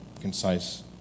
concise